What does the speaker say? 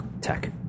tech